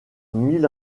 mille